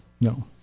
No